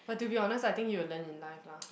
but to be honest I think he will learn in life lah